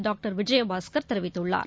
doctor Vijayabaskar தெரிவித்துள்ளார்